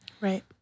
Right